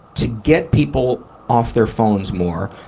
to get people off their phones more,